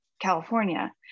California